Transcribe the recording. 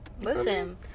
Listen